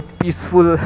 peaceful